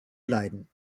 leiden